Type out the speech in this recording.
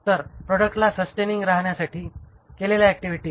तर प्रॉडक्टला सस्टेनिंग राहण्यासाठी केलेल्या ऍक्टिव्हिटी